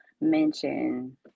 mention